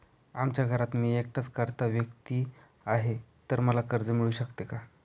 आमच्या घरात मी एकटाच कर्ता व्यक्ती आहे, तर मला कर्ज मिळू शकते का?